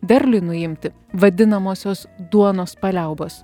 derliui nuimti vadinamosios duonos paliaubos